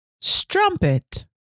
Strumpet